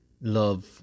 love